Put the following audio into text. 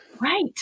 Right